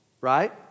right